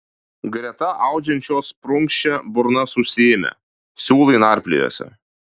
greta audžiančios prunkščia burnas užsiėmę siūlai narpliojasi